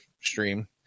stream